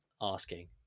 asking